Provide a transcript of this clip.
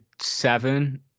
seven